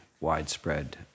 widespread